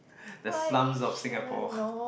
the slums of Singapore